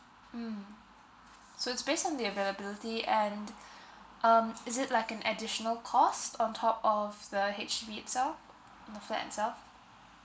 mm so it's based on the availability and um is it like an additional cost on top of the H_D_B itself in the flat itself